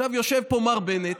עכשיו יושב פה מר בנט,